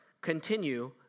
continue